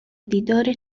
دیدار